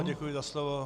Děkuji za slovo.